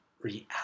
reality